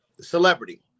celebrity